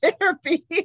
therapy